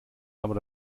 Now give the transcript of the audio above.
aber